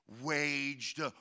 waged